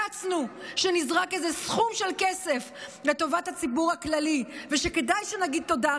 קצנו בזה שנזרק איזה סכום של כסף לטובת הציבור הכללי ושכדאי שנגיד תודה,